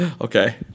Okay